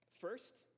First